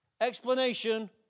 explanation